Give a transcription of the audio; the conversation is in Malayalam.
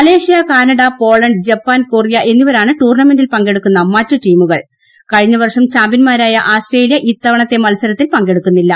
Malaysia Canada Poland Japan Korea എന്നിവരാണ് ടൂർണമെന്റിൽ പങ്കെടുക്കുന്ന മറ്റ് ടീമുകൾ കഴിഞ്ഞ വർഷം ചാമ്പ്യന്മാരായ ആസ്ട്രേലിയ ഇത്ത വണത്തെ മത്സരത്തിൽ പങ്കെടുക്കുന്നില്ല